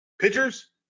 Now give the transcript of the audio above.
Pitchers